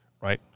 right